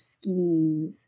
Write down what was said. schemes